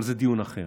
אבל זה דיון אחר.